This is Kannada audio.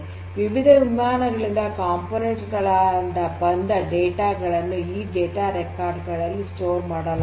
ವಿವಿಧ ವಿಮಾನಗಳಿಂದ ಘಟಕಗಳಿಂದ ಬಂದ ಡೇಟಾ ಗಳನ್ನು ಈ ಡೇಟಾ ರೆಕಾರ್ಡ್ಸ್ ಗಳಲ್ಲಿ ಸಂಗ್ರಹಣೆ ಮಾಡಲಾಗಿದೆ